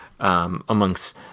Amongst